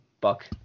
buck